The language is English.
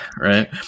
Right